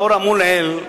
לאור האמור לעיל,